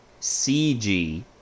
CG